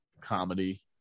comedy